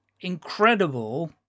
incredible